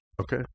Okay